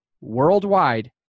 worldwide